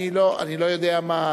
אני לא יודע מה,